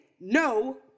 no